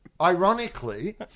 ironically